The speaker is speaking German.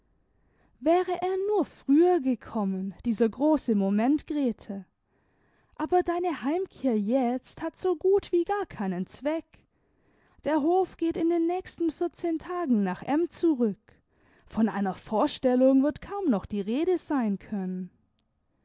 wäre er nur früher gekommen dieser große moment grete aber deine heimkehr jetzt hat so gut wie gar keinen zweck der hof geht in den nächsten vierzehn tagen nach m zurück von einer vorstellung wird kaum noch die rede sein können